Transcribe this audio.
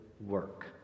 work